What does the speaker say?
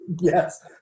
Yes